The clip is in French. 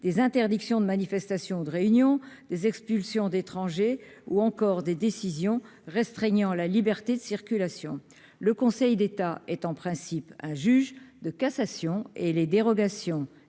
des interdictions de manifestations de réunion des expulsions d'étrangers ou encore des décisions restreignant la liberté de circulation, le Conseil d'État est en principe un juge de cassation et les dérogations